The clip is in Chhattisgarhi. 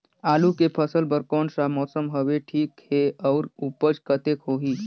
आलू के फसल बर कोन सा मौसम हवे ठीक हे अउर ऊपज कतेक होही?